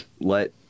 Let